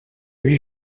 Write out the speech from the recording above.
huit